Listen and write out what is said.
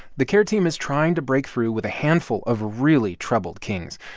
the care team is trying to break through with a handful of really troubled kings,